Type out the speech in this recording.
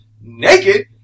naked